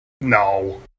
No